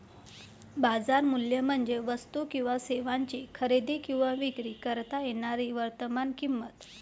बाजार मूल्य म्हणजे वस्तू किंवा सेवांची खरेदी किंवा विक्री करता येणारी वर्तमान किंमत